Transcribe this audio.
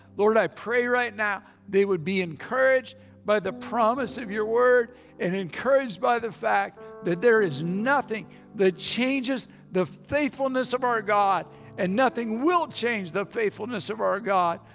lord i pray right now they would be encouraged by the promise of your word and encouraged by the fact that there is nothing that changes the faithfulness of our god and nothing will change the faithfulness of our god.